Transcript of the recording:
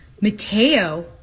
mateo